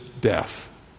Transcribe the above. death